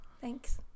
Thanks